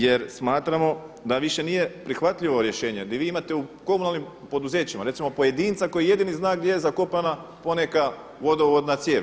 Jer smatramo da više nije prihvatljivo rješenje, da vi imate u komunalnim poduzećima recimo pojedinca koji jedino zna gdje je zakopana poneka vodovodna cijev.